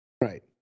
Right